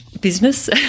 business